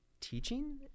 teaching